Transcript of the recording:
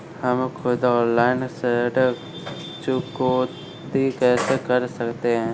हम खुद ऑनलाइन ऋण चुकौती कैसे कर सकते हैं?